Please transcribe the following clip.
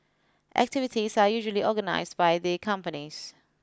activities are usually organised by the companies